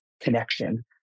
connection